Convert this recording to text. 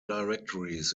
directories